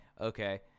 okay